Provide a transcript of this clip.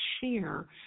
share